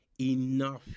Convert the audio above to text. enough